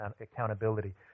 accountability